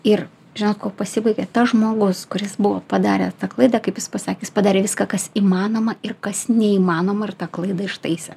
ir žinot kuo pasibaigė tas žmogus kuris buvo padaręs tą klaidą kaip jis pasakė jis padarė viską kas įmanoma ir kas neįmanoma ir tą klaidą ištaisė